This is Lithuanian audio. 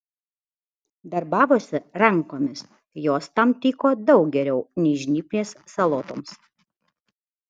darbavosi rankomis jos tam tiko daug geriau nei žnyplės salotoms